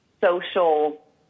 social